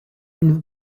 une